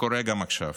וקורה גם עכשיו.